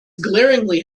glaringly